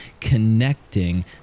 connecting